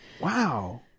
Wow